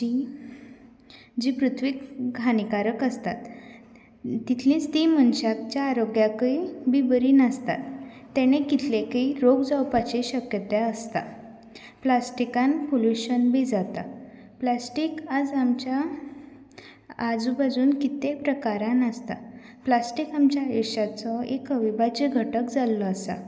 तशेंच तें हाताळपाक आनी वापरपाक सुद्दां सोंपें पडटा पडल्यार बी फुटनात साद्या उदकान धुवपा मेळटा तशेंच तें खिशाक सुद्दां परवडपी आसतात म्हारग नासतात तीं चड तशेंच एकदां खरेदी करतगेर तेंकां परत कांय करचें पडना तींच आयदनां धुवन कितलेके वर्सां वापरपा मेळटा